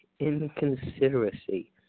inconsideracy